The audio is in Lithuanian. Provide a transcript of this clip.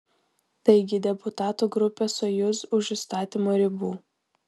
taigi deputatų grupė sojuz už įstatymo ribų